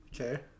Okay